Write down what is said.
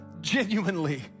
genuinely